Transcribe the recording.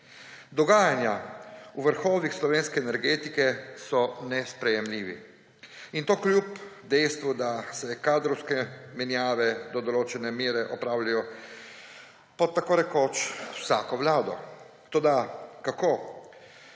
Dogajanja v vrhovih slovenske energetike so nesprejemljiva, in to kljub dejstvu, da se kadrovske menjave do določene mere opravljajo pod tako rekoč vsako vlado. Toda kako?